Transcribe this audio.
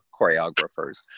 choreographers